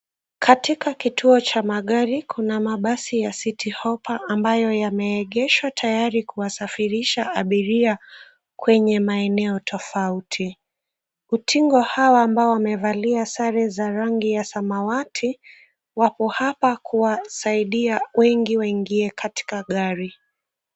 Katika kituo cha magari kuna mabasi ya Citi Hoppa ambayo yameegeshwa tayari kuwasafirisha abiria kwenye maeneo tofauti. Utingo hawa ambao wamevalia sare za rangi ya samawati wako hapa kuwasaidia wengi waingie katika gari.